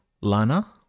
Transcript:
Lana